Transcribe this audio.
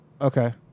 Okay